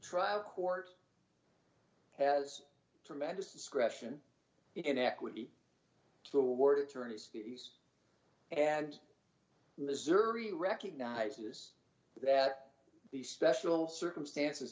trial court has tremendous discretion in equity to award attorney's fees and missouri recognizes that the special circumstances